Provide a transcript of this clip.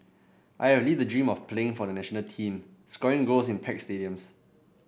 I have lived the dream of playing for the national team scoring goals in packed stadiums